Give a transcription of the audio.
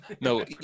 No